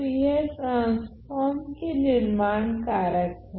तो यह ट्रांसफोर्म के निर्माण कारक हैं